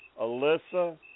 Alyssa